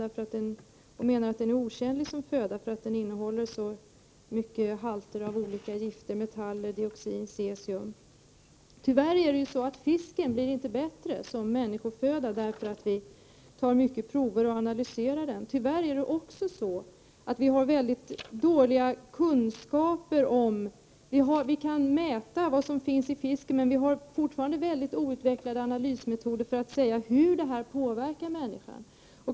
Hon menar att fisken är otjänlig som föda, eftersom den innehåller så stora halter av gifter: metaller, dioxin, cesium m.m. Tyvärr blir inte fisken bättre som människoföda bara därför att vi tar många prover och gör analyser. Vi kan mäta vad som finns i fisken, men vi har fortfarande mycket outvecklade analysmetoder för att avgöra hur det påverkar människan.